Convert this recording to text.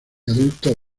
adultos